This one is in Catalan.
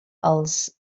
els